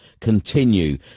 continue